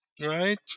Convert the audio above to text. Right